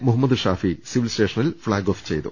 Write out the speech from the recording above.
Muhammad Shafi civil സ്റ്റേഷനിൽ flag off ചെയ്തു